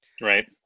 Right